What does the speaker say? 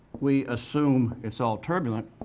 we assume it's all turbulent